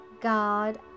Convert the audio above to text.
God